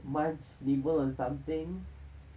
munch nibble on something